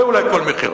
זה אולי "כל מחיר".